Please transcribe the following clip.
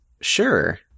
Sure